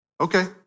Okay